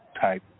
type